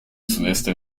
sudeste